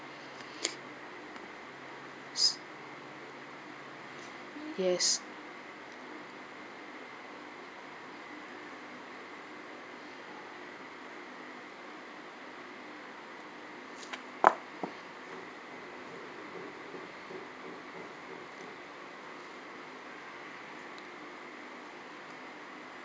yes